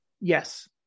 yes